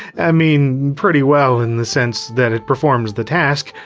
i mean, pretty well in the sense that it performs the task,